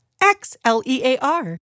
X-L-E-A-R